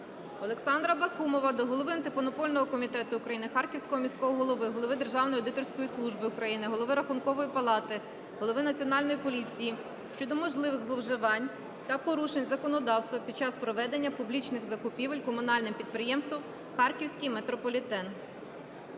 Олександра Бакумова до голови Антимонопольного комітету України, Харківського міського голови, голови Державної аудиторської служби України, Голови Рахункової палати, голови Національної поліції щодо можливих зловживань та порушень законодавства під час проведення публічних закупівель Комунальним підприємством "Харківський метрополітен".